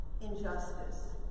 injustice